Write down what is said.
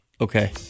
Okay